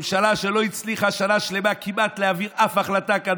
ממשלה שלא הצליחה שנה שלמה כמעט להעביר אף החלטה כאן